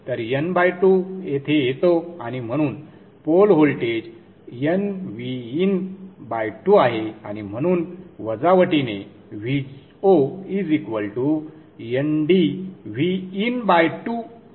तर n2 येथे येतो आणि म्हणून पोल व्होल्टेज nVin2 आहे आणि म्हणून वजावटीने Vo ndVin2 आहे